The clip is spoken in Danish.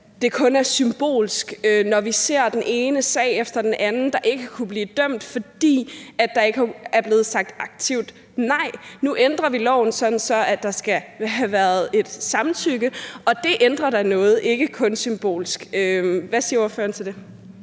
det kun er symbolsk, når vi ser den ene sag efter den anden, hvor der ikke har kunnet fældes dom, fordi der ikke er blevet sagt aktivt nej. Nu ændrer vi loven, sådan at der skal have været et samtykke, og det ændrer da noget, ikke kun symbolsk. Hvad siger ordføreren til det?